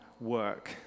work